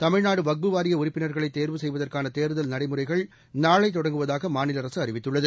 தமிழ்நாடு வஃஃப் வாரிய உறுப்பினர்களை தேர்வு செய்வதற்கான தேர்தல் நடைமுறைகள் நாளை தொடங்குவதாக மாநில அரசு அறிவித்துள்ளது